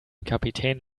kapitän